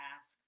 ask